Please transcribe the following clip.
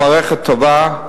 המערכת טובה,